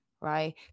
right